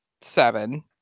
seven